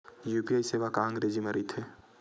UPI सेवा का अंग्रेजी मा रहीथे?